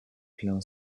plein